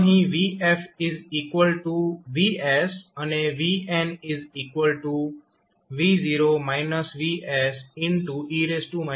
અહીં vfVs અને vn e t છે